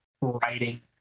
writing